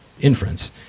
inference